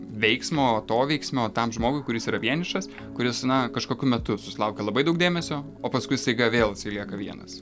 veiksmo atoveiksmio tam žmogui kuris yra vienišas kuris na kažkokiu metu susilaukia labai daug dėmesio o paskui staiga vėl jisai lieka vienas